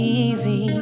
easy